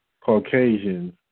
Caucasians